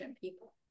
people